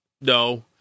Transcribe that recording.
no